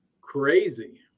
crazy